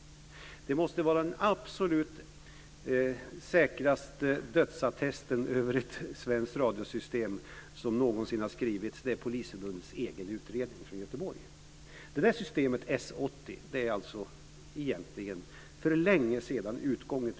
Det måste vara den absolut säkraste dödsattesten över ett svenskt radiosystem som någonsin har skrivits. Det är Polisförbundets egen utredning från Göteborg. Detta system, S80, är egentligen för länge sedan utgånget.